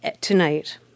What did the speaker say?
tonight